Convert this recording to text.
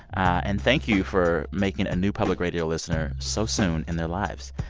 and thank you for making a new public radio listener so soon in their lives.